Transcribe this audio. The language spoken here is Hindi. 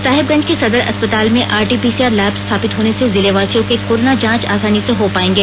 साहेबगंज के सदर अस्पताल में आरटीपीसीआर लैब स्थापित होने से जिलेवासियों के कोरोना जांच आसानी से हो पायेगा